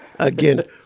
Again